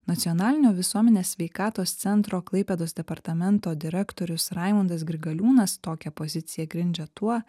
nacionalinio visuomenės sveikatos centro klaipėdos departamento direktorius raimundas grigaliūnas tokią poziciją grindžia tuo